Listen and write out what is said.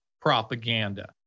propaganda